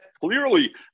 clearly